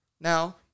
Now